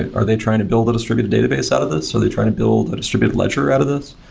are are they trying to build a distributed database out of this? are they trying to build a distributed ledger out of this?